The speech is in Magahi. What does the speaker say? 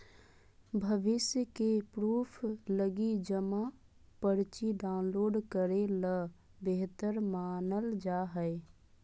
भविष्य के प्रूफ लगी जमा पर्ची डाउनलोड करे ल बेहतर मानल जा हय